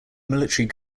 military